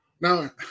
now